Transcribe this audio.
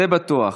זה בטוח.